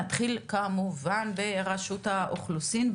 נתחיל כמובן ברשות האוכלוסין,